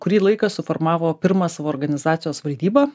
kurį laiką suformavo pirmą savo organizacijos valdybą